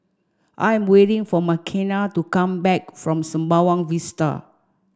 I am waiting for Makenna to come back from Sembawang Vista